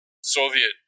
Soviet